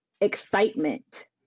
excitement